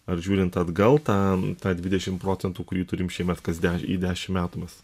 ar žiūrint atgal tą tą dvidešim procentų kurį turim šiemet kas de į dešimt metų mes